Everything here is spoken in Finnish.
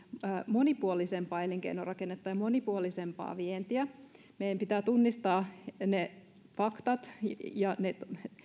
monipuolisempaa elinkeinorakennetta ja monipuolisempaa vientiä meidän pitää tunnistaa ne faktat ja ne